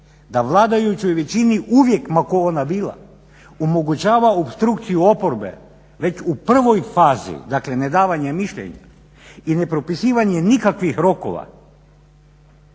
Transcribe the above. da vladajućoj većini uvijek ma tko ona bila omogućava opstrukciju oporbe već u prvoj fazi, dakle ne davanja mišljenja i nepropisivanje nikakvih rokova